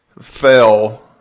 fell